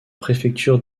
préfecture